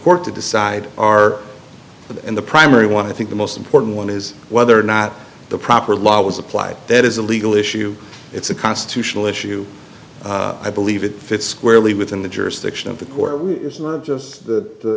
court to decide are and the primary want i think the most important one is whether or not the proper law was applied that is a legal issue it's a constitutional issue i believe it fits squarely within the jurisdiction of the core was not just th